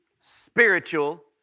spiritual